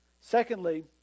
Secondly